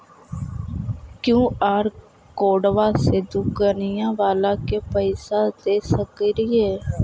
QR कोडबा से दुकनिया बाला के पैसा दे सक्रिय?